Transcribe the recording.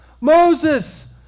Moses